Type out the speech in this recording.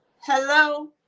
Hello